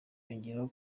yongeyeho